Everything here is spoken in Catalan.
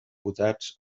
votats